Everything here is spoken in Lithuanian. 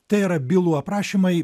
tai yra bylų aprašymai